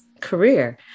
career